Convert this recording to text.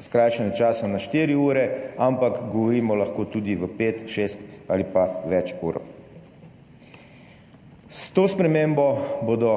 skrajšanje časa na štiri ure, ampak govorimo lahko tudi o pet, šest ali pa več ur. S to spremembo bodo